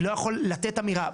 אני לא יכול לתת אמירה,